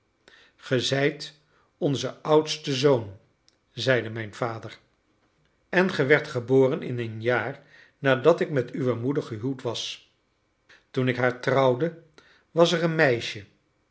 zijt onze oudste zoon zeide mijn vader en ge werdt geboren een jaar nadat ik met uwe moeder gehuwd was toen ik haar trouwde was er een meisje